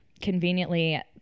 conveniently